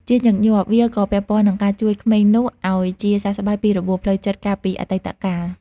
ជាញឹកញាប់ វាក៏ពាក់ព័ន្ធនឹងការជួយក្មេងនោះឲ្យជាសះស្បើយពីរបួសផ្លូវចិត្តកាលពីអតីតកាល។